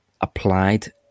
applied